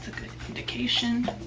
indication